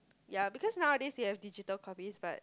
ya because nowadays you have digital copies but